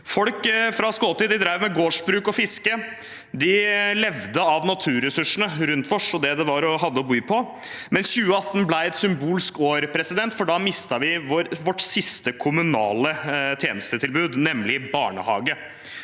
Folk fra Skåtøy drev med gårdsbruk og fiske. De levde av naturressursene rundt seg og det de hadde å by på. 2018 ble et symbolsk viktig år, for da mistet vi vårt siste kommunale tjenestetilbud, nemlig barnehage.